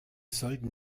sollten